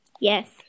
Yes